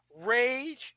rage